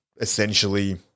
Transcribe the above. essentially